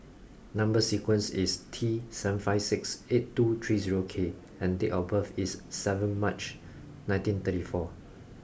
number sequence is T seven five six eight two three zero K and date of birth is seven March nineteen thirty four